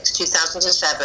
2007